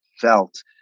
felt